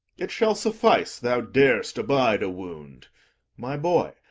it shall suffice thou dar'st abide a wound my boy,